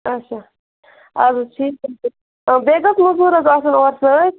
آچھا اَدٕ حظ ٹھیٖک حظ چھِ بیٚیہِ کٔژ مٔزوٗر حظ آسَن اورٕ سۭتۍ